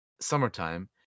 Summertime